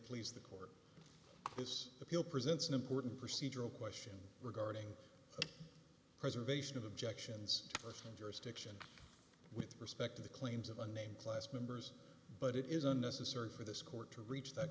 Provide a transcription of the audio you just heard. please the court its appeal presents an important procedural question regarding preservation of objections for jurisdiction with respect to the claims of unnamed class members but it isn't necessary for this court to reach that